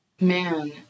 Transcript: Man